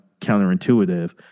counterintuitive